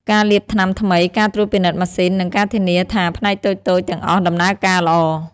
ការលាបថ្នាំថ្មី ការត្រួតពិនិត្យម៉ាស៊ីន និងការធានាថាផ្នែកតូចៗទាំងអស់ដំណើរការល្អ។